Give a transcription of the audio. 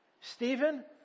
Stephen